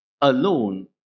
alone